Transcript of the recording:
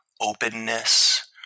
openness